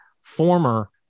former